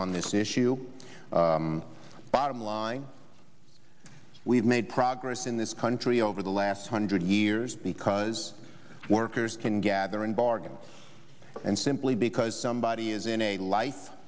on this issue bottom line we've made progress in this country over the last hundred years because workers can gather and bargain and simply because somebody is in a life